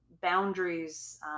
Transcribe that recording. boundaries